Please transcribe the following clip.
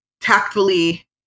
tactfully